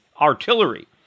artillery